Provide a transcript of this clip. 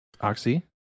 Oxy